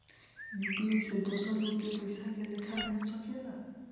UPI से दोसर लोग के पइसा के लेखा भेज सकेला?